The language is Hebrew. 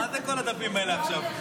מה כל הדפים האלה עכשיו?